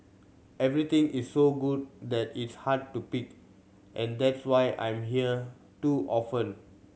everything is so good that it's hard to pick and that's why I'm here too often